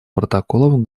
протоколов